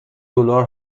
دلار